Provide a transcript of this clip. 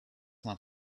not